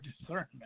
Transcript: discernment